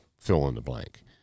fill-in-the-blank